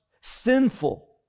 sinful